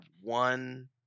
one